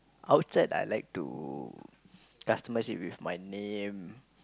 outside I like to customise it with my name